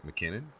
McKinnon